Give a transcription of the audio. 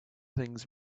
things